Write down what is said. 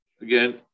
again